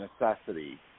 necessity –